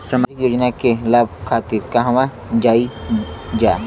सामाजिक योजना के लाभ खातिर कहवा जाई जा?